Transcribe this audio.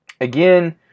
again